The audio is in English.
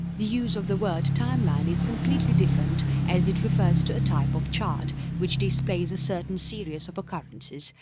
the use of the word timeline is completely different as it refers to a type of chart which displays a certain series of occurrences,